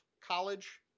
college